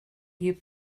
you